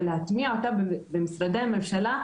ויש להטמיע אותו במשרדי הממשלה,